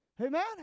Amen